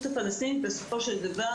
בסופו של דבר,